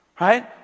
right